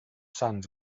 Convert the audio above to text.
sants